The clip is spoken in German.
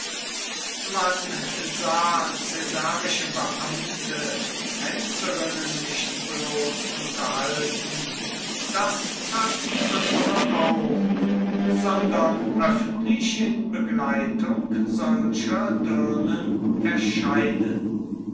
man sah caesarische beamte tänzerinnen nicht bloß unterhalten das taten andere auch sondern öffentlich in begleitung solcher dirnen erscheinen